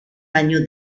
año